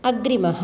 अग्रिमः